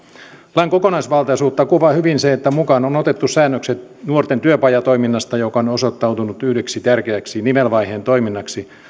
lain kokonaisvaltaisuutta kuvaa hyvin se että mukaan on otettu säännökset nuorten työpajatoiminnasta joka on osoittautunut yhdeksi tärkeäksi nivelvaiheen toiminnaksi